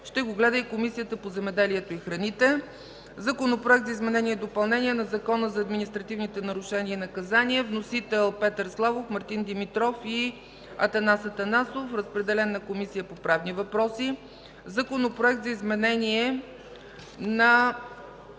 ще го гледа и Комисията по земеделието и храните. Законопроект за изменение и допълнение на Закона за административните нарушения и наказания. Вносители – Петър Славов, Мартин Димитров и Атанас Атанасов. Водеща е Комисията по правни въпроси. Законопроект за изменение и